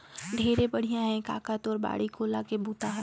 ढेरे बड़िया हे कका तोर बाड़ी कोला के बूता हर